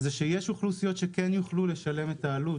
שיש אוכלוסיות שכן יוכלו לשלם את העלות.